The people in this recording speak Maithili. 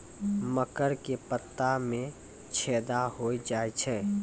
मकर के पत्ता मां छेदा हो जाए छै?